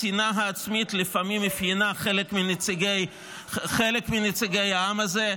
השנאה העצמית לפעמים אפיינה חלק מנציגי העם הזה.